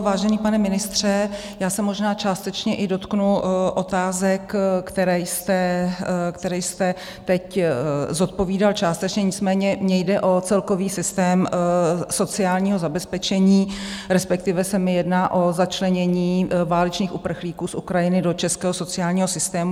Vážený pane ministře, možná se částečně i dotknu otázek, které jste teď zodpovídal částečně, nicméně mně jde o celkový systém sociálního zabezpečení, respektive se mi jedná o začlenění válečných uprchlíků z Ukrajiny do českého sociálního systému.